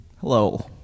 Hello